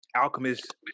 Alchemist